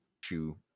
shoe